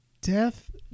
death